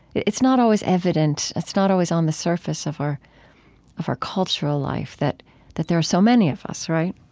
it's not always evident. it's not always on the surface of our of our cultural life, that that there are so many of us, right?